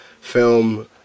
film